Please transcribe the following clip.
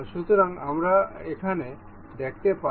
সুতরাং আমরা এখানে দেখতে পারি